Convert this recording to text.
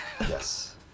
Yes